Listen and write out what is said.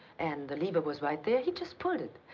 and the lever was right there. he just pulled it.